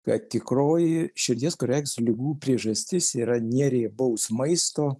kad tikroji širdies kraujagyslių ligų priežastis yra neriebaus maisto